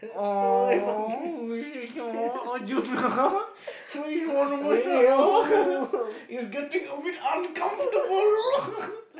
!aww! Arjun he's getting a bit uncomfortable